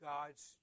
God's